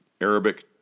Arabic